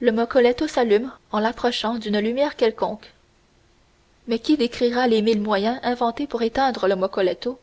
le moccoletto s'allume en l'approchant d'une lumière quelconque mais qui décrira les mille moyens inventés pour éteindre le moccoletto